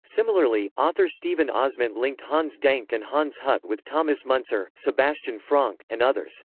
similarly, author steven ozment linked hans denck and hans hut with thomas muntzer, sebastian franck, and others.